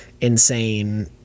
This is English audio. insane